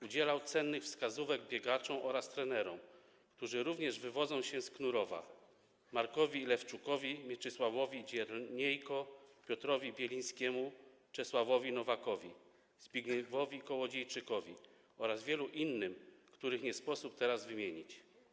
Udzielał cennych wskazówek biegaczom oraz trenerom, którzy również wywodzą się z Knurowa: Markowi Lewczukowi, Mieczysławowi Dzierniejce, Piotrowi Bielińskiemu, Czesławowi Nowakowi, Zbigniewowi Kołodziejczykowi oraz wielu innym, których nie sposób teraz wymienić.